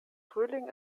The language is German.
frühling